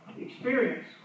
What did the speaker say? experience